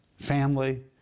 family